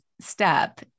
step